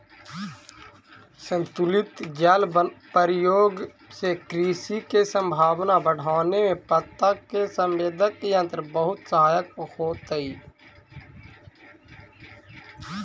संतुलित जल प्रयोग से कृषि के संभावना बढ़ावे में पत्ता के संवेदक यंत्र बहुत सहायक होतई